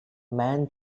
man